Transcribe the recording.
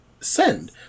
send